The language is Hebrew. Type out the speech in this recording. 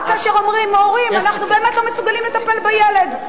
רק כאשר אומרים ההורים: אנחנו באמת לא מסוגלים לטפל בילד,